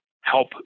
help